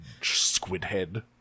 Squidhead